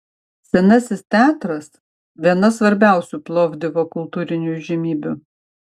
senasis teatras viena svarbiausių plovdivo kultūrinių įžymybių